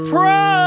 Pro